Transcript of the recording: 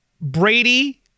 Brady